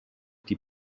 die